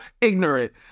ignorant